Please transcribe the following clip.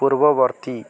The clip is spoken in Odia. ପୂର୍ବବର୍ତ୍ତୀ